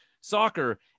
soccer